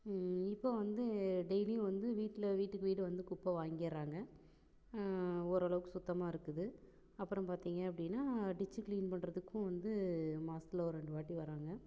இப்போ வந்து டெய்லியும் வந்து வீட்டில் வீட்டுக்கு வீடு வந்து குப்பை வாங்கிடறாங்க ஓரளவுக்கு சுத்தமாக இருக்குது அப்புறம் பார்த்திங்க அப்படின்னா டிச்சு க்ளீன் பண்ணுறதுக்கும் வந்து மாசத்தில் ஒரு ரெண்டு வாட்டி வராங்க